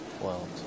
world